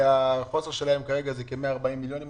כרגע חסרים להם כ-140 מיליון שקל,